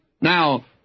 Now